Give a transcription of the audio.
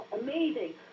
Amazing